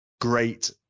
great